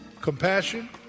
Compassion